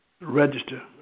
register